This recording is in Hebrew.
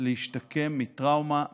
להשתקם מטראומה מזעזעת,